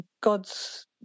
God's